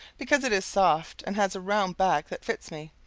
because it is soft and has a round back that fits me,